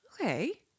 Okay